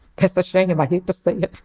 that's a shame. and i hate to say it.